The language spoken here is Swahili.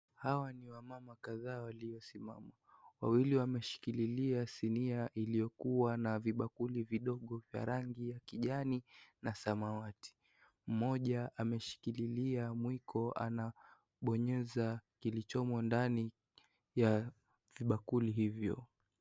Hawa ni mama kadhaa waliosimama. Wawili wameshikililia sinia iliyokua na vibakuli vidogo vya rangi ya kijani na samawati. Mmoja ameshikililia mwiko, anaponyesha kilichomo ndani ya vibakuli hivyo.